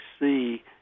see